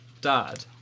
dad